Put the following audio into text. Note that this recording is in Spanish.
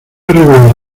irregular